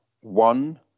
one